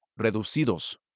reducidos